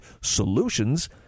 solutions